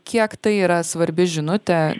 kiek tai yra svarbi žinutė